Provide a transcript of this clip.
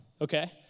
okay